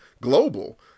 global